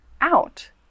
out